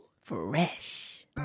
Fresh